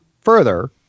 further